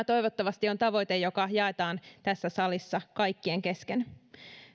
toivottavasti on tavoite joka jaetaan tässä salissa kaikkien kesken